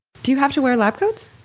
do you have to wear lab coats?